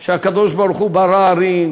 זה שהקדוש-ברוך-הוא ברא הרים